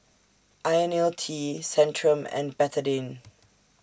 Ionil T Centrum and Betadine